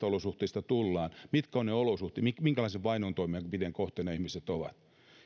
olosuhteista tullaan mitkä ovat ne olosuhteet minkälaisen vainon toimenpiteen kohteena ihmiset ovat